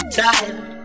tired